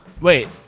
wait